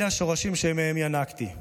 אלה השורשים שמהם ינקתי,